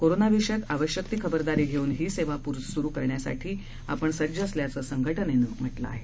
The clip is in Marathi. कोरोनाविषयक आवश्यक ती खबरदारी घेऊन ही सेवा सुरु करण्यासाठी सज्ज असल्याचं संघटनेनं म्हटलं आहे